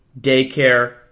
Daycare